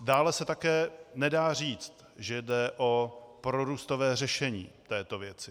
Dále se také nedá říct, že jde o prorůstové řešení této věci.